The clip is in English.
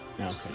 Okay